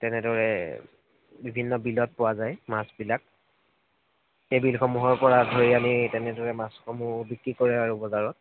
তেনেদৰে বিভিন্ন বিলত পোৱা যায় মাছবিলাক সেই বিলসমূহৰপৰা ধৰি আনি তেনেদৰে মাছসমূহ বিক্ৰী কৰে আৰু বজাৰত